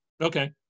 Okay